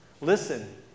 Listen